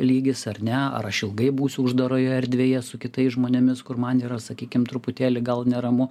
lygis ar ne ar aš ilgai būsiu uždaroje erdvėje su kitais žmonėmis kur man yra sakykim truputėlį gal neramu